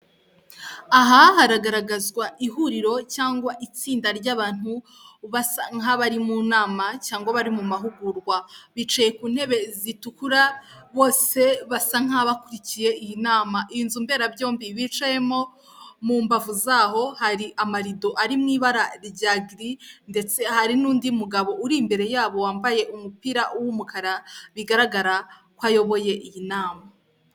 Aha haragaragazwa ihuriro cyangwa itsinda ry'abantu basa nk'abari mu nama cyangwa bari mu mahugurwa, bicaye ku ntebe zitukura, bose basa nk'abakurikiye iyi nama. Iyi nzu mberabyombi bicayemo, mu mbavu zaho hari amarido ari mu ibara rya giri ndetse hari n'undi mugabo uri imbere yabo wambaye umupira w'umukara, bigaragara ko ayoboye iyi nama.